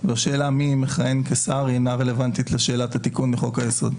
והשאלה מי מכהן כשר אינה רלוונטית לשאלת התיקון לחוק היסוד.